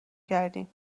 کردیم